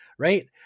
right